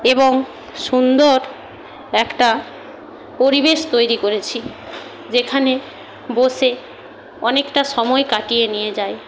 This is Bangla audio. এবং সুন্দর একটা পরিবেশ তৈরি করেছি যেখানে বসে অনেকটা সময় কাটিয়ে নিয়ে যায়